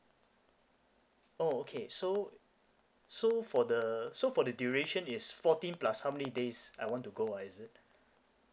oh okay so so for the so for the duration is fourteen plus how many days I want to go ah is it